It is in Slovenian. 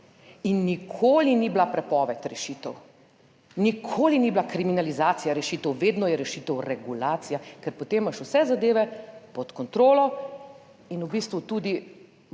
In nikoli ni bila prepoved rešitev, nikoli ni bila kriminalizacija rešitev, vedno je rešitev regulacija, ker potem imaš vse zadeve pod kontrolo in v bistvu tudi